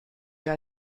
wer